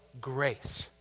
grace